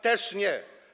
Też nie.